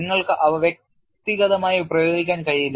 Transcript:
നിങ്ങൾക്ക് അവ വ്യക്തിഗതമായി പ്രയോഗിക്കാൻ കഴിയില്ല